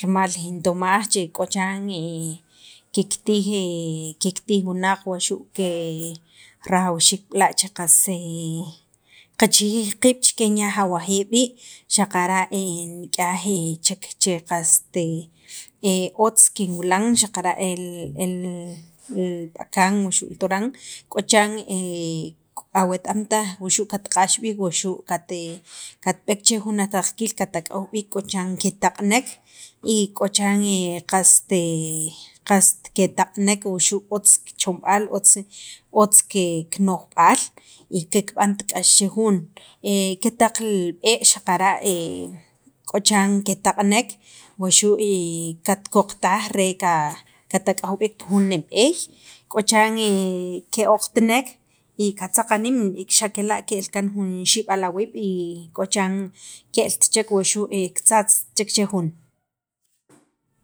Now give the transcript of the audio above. rimal in tomaj che k'o chiran kiktij kiktij wunaq waxu' ke rajawxiik b'la' che qas qaqchijij qiib' chikye nik'aj awajiib' rii', xaqara' nik'yaj chek che qast otz kinwila xaqara' e li b'akan wuxu' li toran, k'o chiran awet am taj wuxu' katq'ax b'iik wuxu' kat katb'eek che jun ataqkiil, katak'aw b'iik k'o chiran ketaq'nek y k'o chan qast qast ketaq'nek wuxu' otz kichomb'aal otz ke kinojb'aal y kikb'ant k'ax che jun, ketaq li b'ee' xaqara' k'o chan ketaq'nek wuxu' katkoqtaj re katak'aw b'iik pi jun nemb'eey k'o chan ke'oqtanek y katzaq aniim y xa' kela' ke'l kaan jun xib'al awiib' y k'o chiran ke'lt chek wuxu' kitzatzt chek che jun